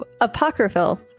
apocryphal